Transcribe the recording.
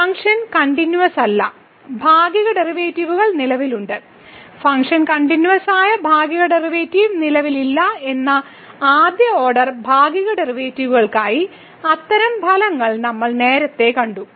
function continuous അല്ല ഭാഗിക ഡെറിവേറ്റീവുകൾ നിലവിലുണ്ട് ഫംഗ്ഷൻ കണ്ടിന്യൂവസ്സായ ഭാഗിക ഡെറിവേറ്റീവ് നിലവിലില്ല എന്ന ആദ്യ ഓർഡർ ഭാഗിക ഡെറിവേറ്റീവുകൾക്കായി അത്തരം ഫലങ്ങൾ നമ്മൾ നേരത്തെ കണ്ടു